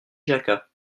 jacquat